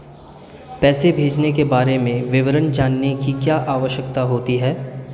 पैसे भेजने के बारे में विवरण जानने की क्या आवश्यकता होती है?